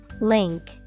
Link